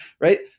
right